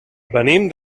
venim